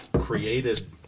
created